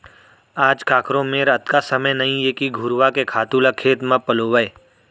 आज काकरो मेर अतका समय नइये के घुरूवा के खातू ल खेत म पलोवय